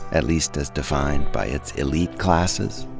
at least as defined by its elite classes?